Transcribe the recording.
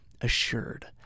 assured